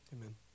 amen